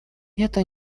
эта